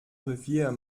revier